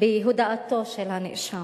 בהודאתו של הנאשם.